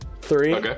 Three